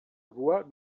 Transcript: voix